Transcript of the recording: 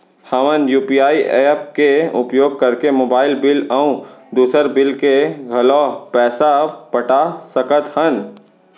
हमन UPI app के उपयोग करके मोबाइल बिल अऊ दुसर बिल के घलो पैसा पटा सकत हन